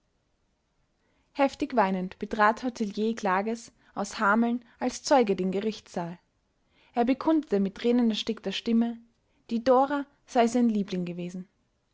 heftig weinend betrat hotelier klages aus hameln als zeuge den gerichtssaal er bekundete mit tränenerstickter stimme die dora sei sein liebling gewesen